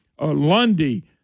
Lundy